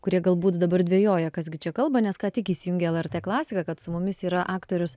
kurie galbūt dabar dvejoja kas gi čia kalba nes ką tik įsijungė lrt klasiką kad su mumis yra aktorius